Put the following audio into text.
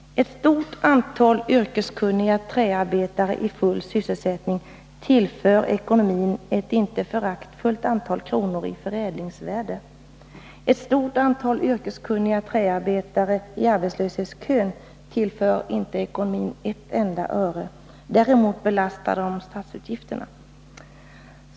Ett stort antal yrkeskunniga träarbetare i full sysselsättning tillför ekonomin ett inte föraktligt antal kronor i förädlingsvärde. Ett stort antal yrkeskunniga träarbetare i arbetslöshetskön tillför inte ekonomin ett enda öre. Däremot belastar de statsutgifterna.